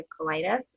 colitis